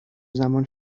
زمان